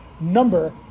Number